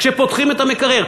כשפותחים את המקרר.